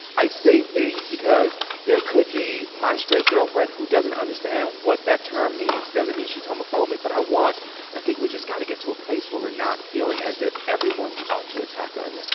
i say things because there could be my straight girlfriend who doesn't understand what that term means. doesn't mean she's homophobic, but i want i think we just got to get to a place where we're not feeling as if everyone's out to attack us yeah,